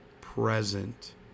present